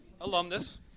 Alumnus